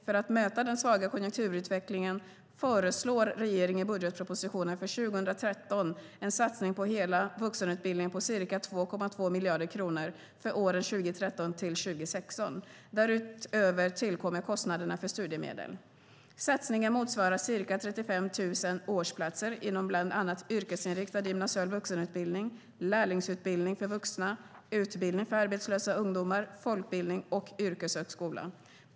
För att möta den svaga konjunkturutvecklingen föreslår regeringen i budgetpropositionen för 2013 en satsning på hela vuxenutbildningen på ca 2,2 miljarder kronor för åren 2013-2016. Därutöver tillkommer kostnaderna för studiemedel. Satsningen motsvarar ca 35 000 årsplatser inom bland annat yrkesinriktad gymnasial vuxenutbildning, lärlingsutbildning för vuxna, utbildning för arbetslösa ungdomar, folkbildning och yrkeshögskola.